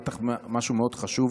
בטח משהו מאוד חשוב